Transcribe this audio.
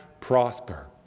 prosper